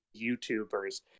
youtubers